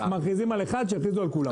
מכריזים על אחד שיכריזו על כולם.